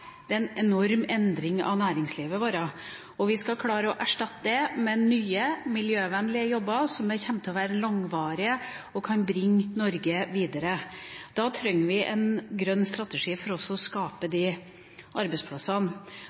det betyr en enorm endring av næringslivet vårt. Skal vi klare å erstatte dem med nye, miljøvennlige jobber, som kommer til å være langvarige og kan bringe Norge videre, trenger vi en grønn strategi for å skape de arbeidsplassene.